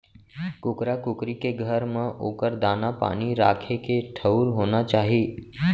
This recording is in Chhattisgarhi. कुकरा कुकरी के घर म ओकर दाना, पानी राखे के ठउर होना चाही